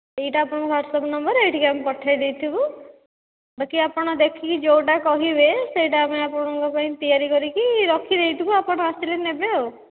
ଏଇଟା ଆପଣଙ୍କ WhatsApp number ଏଇଠିକି ଆମେ ପଠାଇଦେଇଥିବୁ ବାକି ଆପଣ ଦେଖିକି ଯେଉଁଟା କହିବେ ସେଇଟା ଆମେ ଆପଣଙ୍କ ପାଇଁ ତିଆରି କରିକି ରଖିଦେଇଥିବୁ ଆପଣ ଆସିଲେ ନେବେ ଆଉ